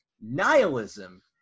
nihilism